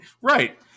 right